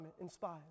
inspires